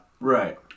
Right